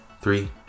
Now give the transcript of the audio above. Three